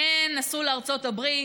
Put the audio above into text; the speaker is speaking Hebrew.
הן נסעו לארצות הברית,